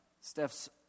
Steph's